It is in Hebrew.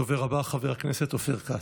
הדובר הבא, חבר הכנסת אופיר כץ,